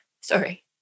Sorry